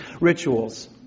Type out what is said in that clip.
rituals